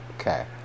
Okay